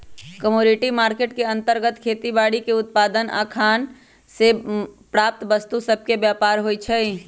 commodity market के अंतर्गत खेती बाड़ीके उत्पाद आऽ खान से प्राप्त वस्तु सभके व्यापार होइ छइ